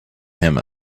him